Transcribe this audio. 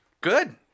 Good